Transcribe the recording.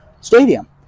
stadium